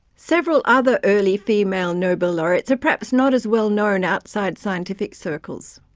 several other early female nobel laureates are perhaps not as well-known outside scientific circles.